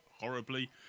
horribly